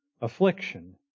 affliction